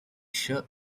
shirt